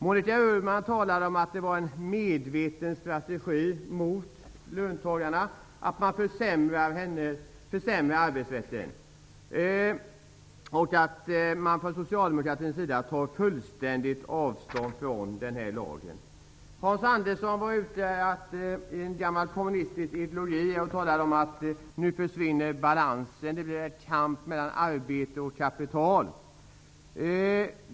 Monika Öhman talade om att det var en medveten strategi riktad mot löntagarna att man försämrar arbetsrätten och att man från socialdemokratins sida helt tar avstånd från det här lagförslaget. Hans Andersson utgick från någon gammal kommunistisk ideologi och sade att balansen försvinner och att det blir en kamp mellan arbete och kapital.